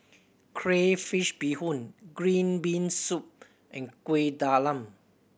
crayfish beehoon green bean soup and Kuih Talam